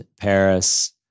Paris